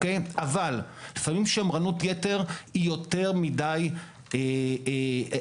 אבל לפעמים שמרנות יתר היא יותר מדי אגרסיבית.